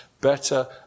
better